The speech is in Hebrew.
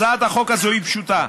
הצעת החוק הזאת היא פשוטה.